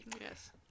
Yes